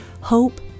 hope